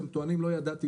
הם טוענים: לא ידעתי,